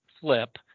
flip